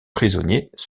prisonniers